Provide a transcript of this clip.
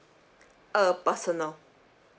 uh personal